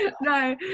No